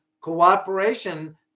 cooperation